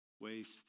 waste